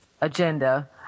agenda